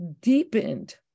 deepened